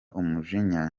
umujinya